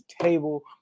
table